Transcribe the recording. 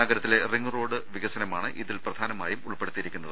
നഗരത്തിലെ റിംഗ്റോഡ് വികസനമാണ് ഇതിൽ പ്രധാനമായും ഉൾപ്പെടുത്തിയിരിക്കുന്നത്